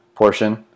portion